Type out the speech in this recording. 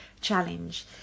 Challenge